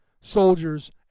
soldiers